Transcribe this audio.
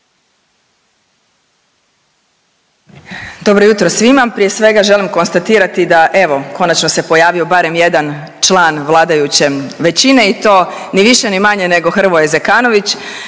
Dobro jutro svima. Prije svega, želim konstatirati da, evo, konačno se pojavio barem jedan član vladajuće većina i to, ni više ni manje nego Hrvoje Zekanović.